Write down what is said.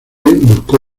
buscó